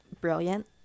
brilliant